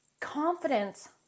Confidence